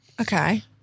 Okay